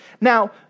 Now